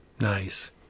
Nice